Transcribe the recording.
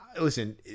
listen